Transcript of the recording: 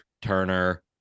Turner